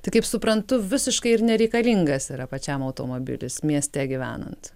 tai kaip suprantu visiškai ir nereikalingas yra pačiam automobilis mieste gyvenant